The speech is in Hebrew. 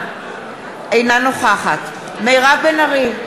אינה נוכחת מירב בן ארי,